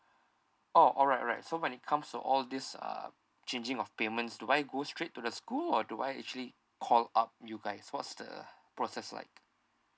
oh alright alright so when it comes to all this uh changing of payments do I go straight to the school or do I actually call up you guys what's the process like